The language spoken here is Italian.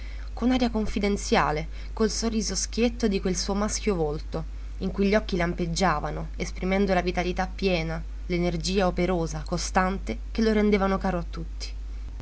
con aria confidenziale col sorriso schietto di quel suo maschio volto in cui gli occhi lampeggiavano esprimendo la vitalità piena l'energia operosa costante che lo rendevano caro a tutti